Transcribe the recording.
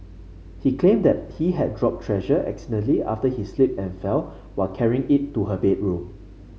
he claimed that he had dropped Treasure accidentally after he slipped and fell while carrying it to her bedroom